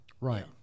Right